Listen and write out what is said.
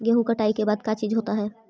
गेहूं कटाई के बाद का चीज होता है?